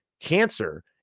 cancer